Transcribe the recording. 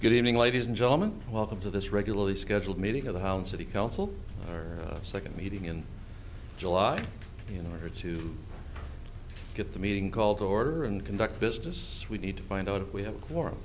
good evening ladies and gentlemen welcome to this regularly scheduled meeting of the house and city council second meeting in july you know where to get the meeting called order and conduct business we need to find out if we have a quorum